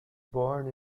born